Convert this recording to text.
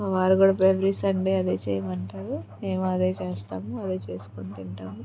మా వారు కూడా ఎవరీ సండే అదే చేయమంటారు మేము అదే చేస్తాము అదే చేసుకోని తింటాము